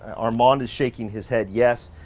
armand is shaking his head yes.